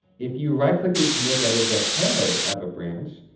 if you right-click a commit that is the head of a branch,